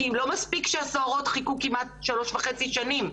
כאילו שזה לא מספיק שהסוהרות חיכו שלוש וחצי שנים,